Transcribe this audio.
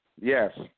Yes